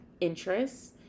interests